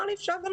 תשמעי,